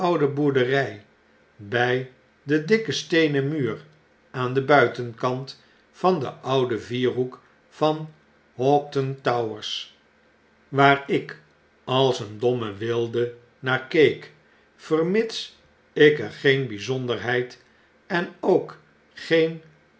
oude boerdery by den dikken steenen muur aan den buitenkant van den ouden vierhoek van hoghton towers waar ik als een domme wilde naar keek vermits ik er geen byzonderheid en ook geen